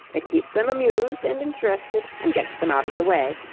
it keeps them amused and interested and gets them out of the way,